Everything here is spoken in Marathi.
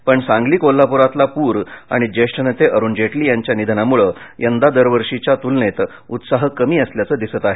पण सांगली कोल्हापुरातला पूर आणि ज्येष्ठ नेते अरुण जेटली यांच्या निधनामुळे यंदा दरवर्षीच्या तुलनेत उत्साह कमी झाल्याचं चित्र आहे